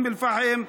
אום אל-פחם,